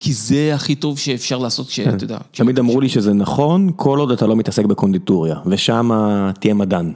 כי זה הכי טוב שאפשר לעשות, שאתה יודע.. תמיד אמרו לי שזה נכון, כל עוד אתה לא מתעסק בקונדיטוריה ושמה תהיה מדען.